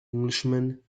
englishman